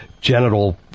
genital